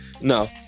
No